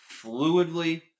fluidly